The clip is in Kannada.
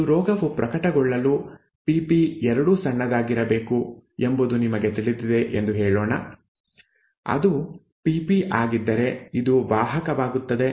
ಒಂದು ರೋಗವು ಪ್ರಕಟಗೊಳ್ಳಲು pp ಎರಡೂ ಸಣ್ಣದಾಗಿರಬೇಕು ಎಂಬುದು ನಿಮಗೆ ತಿಳಿದಿದೆ ಎಂದು ಹೇಳೋಣ ಅದು Pp ಆಗಿದ್ದರೆ ಇದು ವಾಹಕವಾಗುತ್ತದೆ